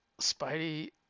Spidey